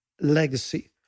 legacy